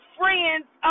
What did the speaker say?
friends